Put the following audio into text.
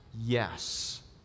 yes